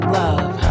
love